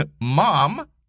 Mom